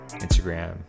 Instagram